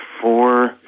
four